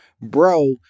bro